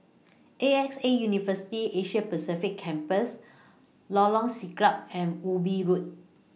A X A University Asia Pacific Campus Lorong Siglap and Ubi Road